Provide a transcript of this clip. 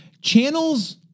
Channels